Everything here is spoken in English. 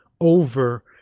over